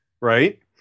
right